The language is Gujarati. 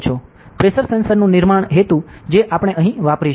પ્રેશર સેન્સરનું નિર્માણ હેતુ જે આપણે અહીં વાપરીશું